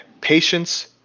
patience